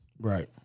Right